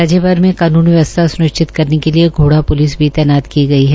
राज्य भर में कानून व्यवस्था स्निश्चित करने के लिए घोडा प्लिस भी तैनात की गई है